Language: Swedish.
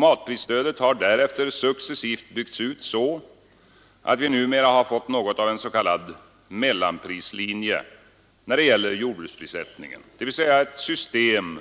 Matprisstödet har därefter successivt byggts ut så att vi numera har fått något av en s.k. mellanprislinje när det gäller jordbruksprissättningen, dvs. ett system